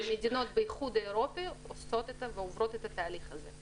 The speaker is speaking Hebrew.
27 מדינות באיחוד האירופי עושות את התהליך הזה.